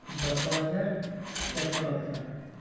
ଦଶ ହଜାର ଏକଲକ୍ଷ